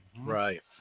Right